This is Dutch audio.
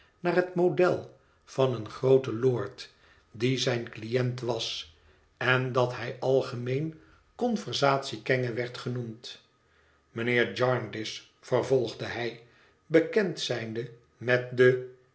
naar het model van een grooten lord die zijn cliënt was en dat hij algemeen conversatie kenge werd genoemd mijnheer jarndyce vervolgde hij bekend zijnde met den